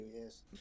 yes